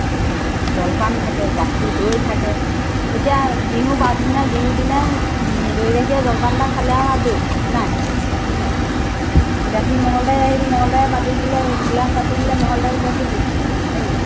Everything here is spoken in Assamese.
এ জলপান থাকে গাখীৰ দৈ থাকে এতিয়া বিহুৰ পাছদিনাই বিহুৰ দিনাই দৈ গাখীৰৰ জলপান এটা খালে আৰু আজৰি নাই গাখীৰ নাই গাখীৰ মহলদাৰ আহিল মহলদাৰে পাতি দিলে গিলান পাতি দিলে মহলদাৰে কিবাকিবি দি দিলে হৈ গ'ল